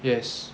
yes